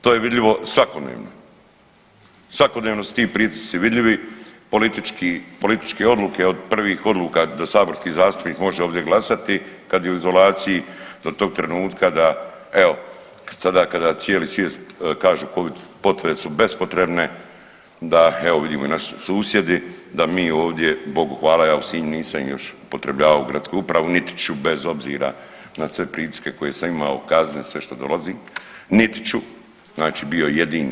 To je vidljivo svakodnevno, svakodnevno su tri pritisci vidljivi, političke odluke od prvih odluka da saborski zastupnik može ovdje glasati kad je u izolaciji do tog trenutka da evo sada kada cijeli svijet kažu covid potvrde su bespotrebne, da evo vidimo i naši susjedi, da mi ovdje Bogu hvala, ja u Sinju nisam još upotrebljavao u gradskoj upravi niti ću bez obzira na sve pritiske koje sam imao, kazne, sve što dolazi, niti ću znači bio jedini.